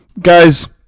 guys